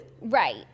Right